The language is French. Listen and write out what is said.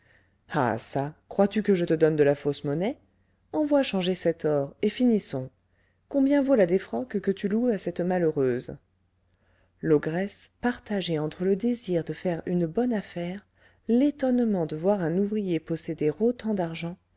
ah çà crois-tu que je te donne de la fausse monnaie envoie changer cet or et finissons combien vaut la défroque que tu loues à cette malheureuse l'ogresse partagée entre le désir de faire une bonne affaire l'étonnement de voir un ouvrier posséder autant d'argent